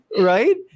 Right